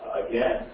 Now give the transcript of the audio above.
again